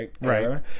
right